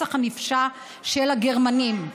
הרצח הנפשע של הגרמנים,